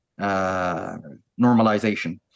normalization